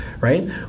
right